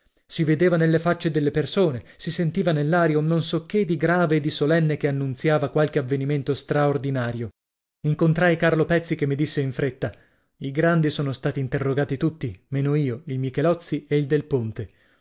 si vedeva nelle facce delle persone si sentiva nell'aria un non so che di grave e di solenne che annunziava qualche avvenimento straordinario incontrai carlo pezzi che mi disse in fretta i grandi sono stati interrogati tutti meno io il michelozzi e il del ponte